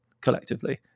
collectively